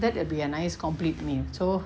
that would be a nice complete meal so